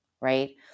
right